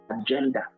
agenda